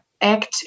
act